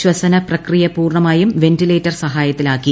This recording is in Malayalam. ശ്വസ്ന്പ്രക്രിയ പൂർണമായും വെന്റിലേറ്റർ സഹായത്തിലാക്കി